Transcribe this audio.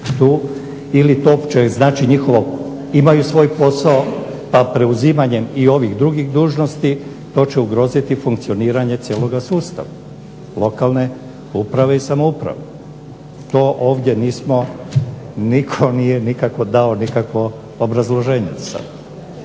ili to uopće znači njihovo imaju svoj posao pa preuzimanjem i ovih drugih dužnosti to će ugroziti funkcioniranje cijeloga sustava lokalne uprave i samouprave. to ovdje nismo niko nije dao nikakvo obrazloženje.